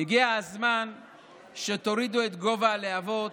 הגיע הזמן שתורידו את גובה הלהבות,